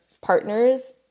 partners